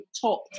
top